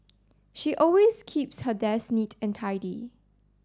she always keeps her desk neat and tidy